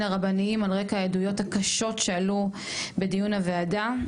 הרבניים על רקע העדויות הקשות שעלו בדיון הוועדה,